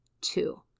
Two